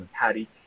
patty